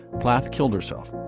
plath killed herself.